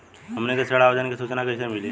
हमनी के ऋण आवेदन के सूचना कैसे मिली?